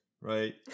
right